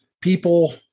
people